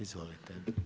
Izvolite.